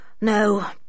no